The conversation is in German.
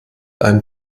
ein